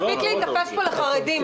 מספיק להיתפס בו בחרדים.